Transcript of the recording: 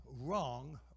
wrong